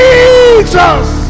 Jesus